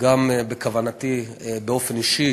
גם כוונתי באופן אישי